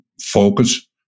focus